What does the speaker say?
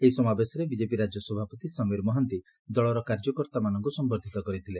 ଏହି ସମାବେଶରେ ବିଜେପି ରାଜ୍ୟ ସଭାପତି ସମୀର ମହାନ୍ତି ଦଳର କାର୍ଯ୍ୟକର୍ତ୍ତାମାନଙ୍କୁ ସମ୍ମର୍ବିତ କରିଥିଲେ